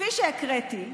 כפי שהקראתי,